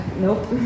nope